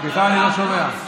סליחה, אני לא שומע.